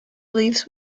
leaves